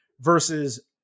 versus